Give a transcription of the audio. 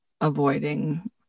avoiding